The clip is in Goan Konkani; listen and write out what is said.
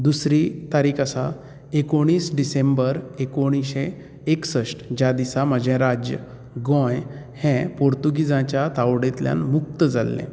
दुसरी तारीख आसा एकोणीस डिसेंबर एकोणिश्शे एकसष्ठ ज्या दिसा म्हजे राज्य गोंय हे पूर्तूगेजाच्या तावडेतल्यान मूक्त जाल्ले